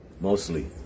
mostly